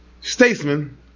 statesman